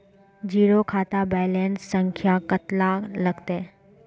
Zero खाता balance संख्या कतला लगते?